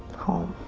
home.